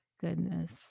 goodness